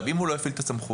אם הוא לא הפעיל את הסמכות?